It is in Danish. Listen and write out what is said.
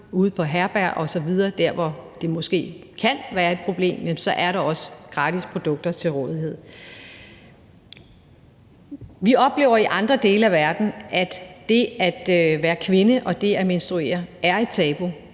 ude på herberger osv., hvor det måske kan være et problem, er der også gratis produkter til rådighed. Vi oplever i andre dele af verden, at det at være kvinde og det at menstruere er et tabu,